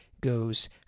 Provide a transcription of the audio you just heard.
goes